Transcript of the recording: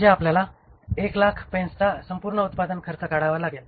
म्हणजे आपल्याला 100000 पेन्सचा संपूर्ण उत्पादन खर्च काढावा लागेल